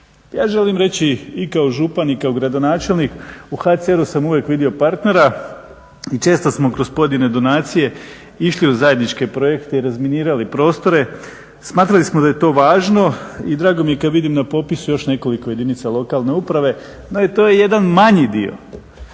Ja želim reći i kao župan i gradonačelnik, u HCR-u sam uvijek vidio partnera i često smo kroz pojedine donacije išli u zajedničke projekte i razminirali prostore, smatrali smo da je to važno i drago mi je kad vidim na popisu još nekoliko jedinica lokalne uprave, no to je jedan manji dio